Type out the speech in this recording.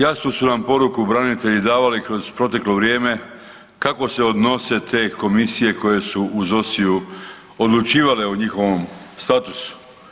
Jasnu su nam poruku branitelji davali kroz proteklo vrijeme kako se odnose te komisije koje su u …/nerazumljivo/… odlučivale o njihovom statusu.